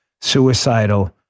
suicidal